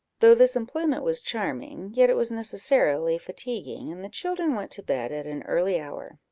though this employment was charming, yet it was necessarily fatiguing, and the children went to bed at an early hour.